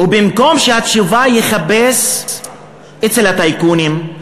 ובמקום שאת התשובה הוא יחפש אצל הטייקונים,